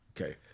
Okay